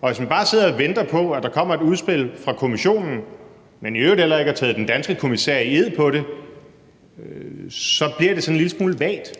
Og hvis man bare sidder og venter på, at der kommer et udspil fra Kommissionen, men i øvrigt heller ikke har taget den danske kommissær i ed på det, så bliver det sådan en lille smule vagt.